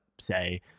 say